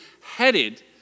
headed